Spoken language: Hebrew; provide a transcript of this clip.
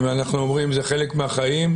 אם אנחנו אומרים שזה חלק מהחיים,